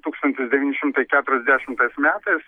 tūkstantis devyni šimtai keturiasdešimtais metais